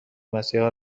مسیحا